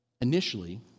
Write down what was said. Initially